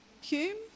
Hume